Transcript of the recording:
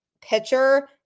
pitcher